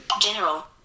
General